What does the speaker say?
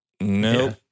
Nope